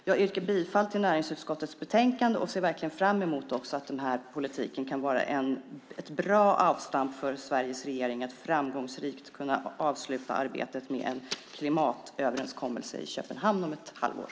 Jag yrkar bifall till förslaget i näringsutskottets betänkande och ser verkligen fram emot att politiken kan vara ett bra avstamp för Sveriges regering att framgångsrikt avsluta arbetet med en klimatöverenskommelse i Köpenhamn om ett halvår.